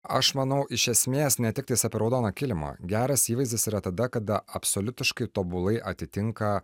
aš manau iš esmės ne tiktais apie raudoną kilimą geras įvaizdis yra tada kada absoliutiškai tobulai atitinka